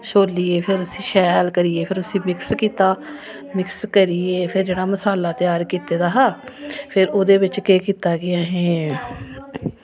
फिर छोल्लियै फिर शैल करियै उसी मिक्स कीता मिक्स करियै फिर जेह्ड़ा मसाला त्यार कीते दा हा फिर ओह्दे बिच केह् कीता असें